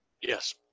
Yes